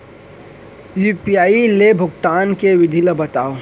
UPI ले भुगतान के विधि ला बतावव